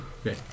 Okay